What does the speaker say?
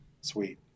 sweet